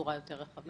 בצורה יותר רחבה.